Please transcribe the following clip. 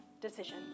decision